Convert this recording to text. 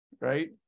Right